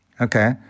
okay